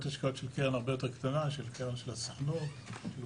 ההשקעות של קרן הרבה יותר קטנה שהיא קרן של הסוכנות היהודית,